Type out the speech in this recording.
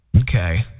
Okay